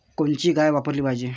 कोनची गाय वापराली पाहिजे?